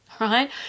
right